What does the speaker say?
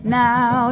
now